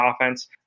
offense